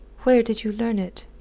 where did you learn it?